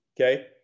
Okay